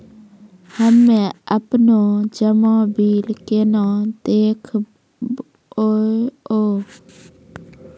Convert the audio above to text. हम्मे आपनौ जमा बिल केना देखबैओ?